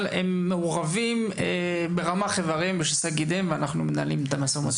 הם מעורבים ברמ"ח איבריהם ושס"ה גידיהם ואנחנו מנהלים איתם משא ומתן.